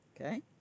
Okay